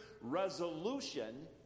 resolution